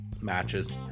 matches